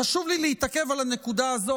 חשוב לי להתעכב על הנקודה הזו,